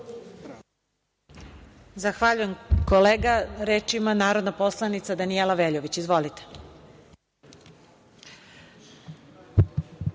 Zahvaljujem, kolega. Reč ima narodna poslanica Danijela Veljović. Izvolite.